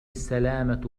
السلامة